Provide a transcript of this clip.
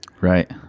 Right